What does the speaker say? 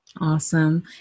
awesome